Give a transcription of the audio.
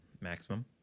maximum